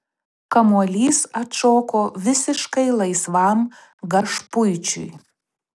kamuolys atšoko visiškai laisvam gašpuičiui